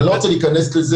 אני לא רוצה להיכנס לזה,